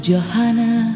Johanna